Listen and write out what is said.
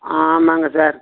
ஆமாங்க சார்